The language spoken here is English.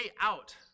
out